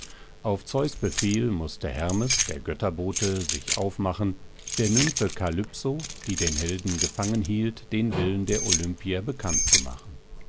auf zeus befehl mußte hermes der götterbote sich aufmachen der nymphe kalypso die den helden gefangen hielt den willen der olympier bekannt zu machen